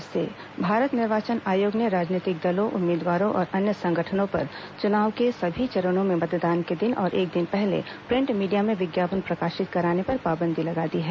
निर्वाचन आयोग विज्ञापन पाबंदी भारत निर्वाचन आयोग ने राजनीतिक दलों उम्मीदवारों और अन्य संगठनों पर चुनाव के सभी चरणों में मतदान के दिन और एक दिन पहले प्रिंट मीडिया में विज्ञापन प्रकाशित कराने पर पाबंदी लगा दी है